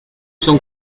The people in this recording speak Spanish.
son